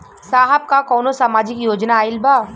साहब का कौनो सामाजिक योजना आईल बा?